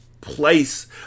place